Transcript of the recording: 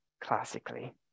classically